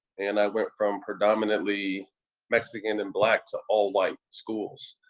and i went from predominantly mexican and black to all-white schools.